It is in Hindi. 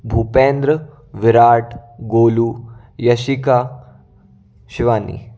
भूपेंद्र विराट गोलू यशिका शिवानी